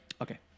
Okay